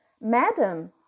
Madam